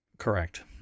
Correct